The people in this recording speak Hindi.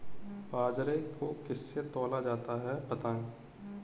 बाजरे को किससे तौला जाता है बताएँ?